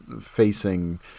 facing